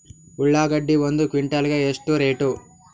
ಉಳ್ಳಾಗಡ್ಡಿ ಒಂದು ಕ್ವಿಂಟಾಲ್ ಗೆ ಎಷ್ಟು ರೇಟು?